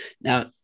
Now